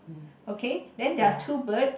okay then there are two birds